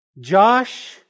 Josh